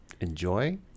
enjoy